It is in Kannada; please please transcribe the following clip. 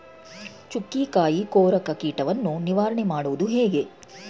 ಚುಕ್ಕಿಕಾಯಿ ಕೊರಕ ಕೀಟವನ್ನು ನಿವಾರಣೆ ಮಾಡುವುದು ಹೇಗೆ?